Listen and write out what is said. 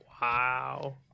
Wow